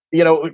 you know,